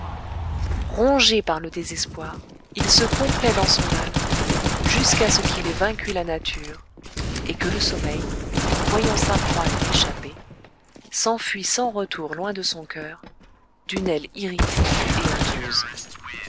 rongé par le désespoir il se complaît dans son mal jusqu'à ce qu'il ait vaincu la nature et que le sommeil voyant sa proie lui échapper s'enfuie sans retour loin de son coeur d'une aile irritée et honteuse